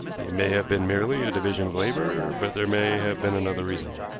it may have been merely a division of labor, but there may have been another reason.